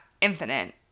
infinite